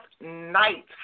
night